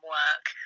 work